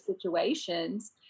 situations